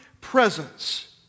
presence